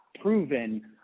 proven –